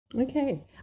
Okay